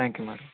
thank you madam